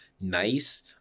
nice